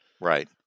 Right